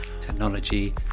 technology